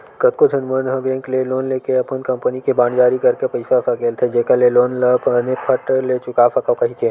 कतको झन मन ह बेंक ले लोन लेके अपन कंपनी के बांड जारी करके पइसा सकेलथे जेखर ले लोन ल बने फट ले चुका सकव कहिके